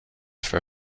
for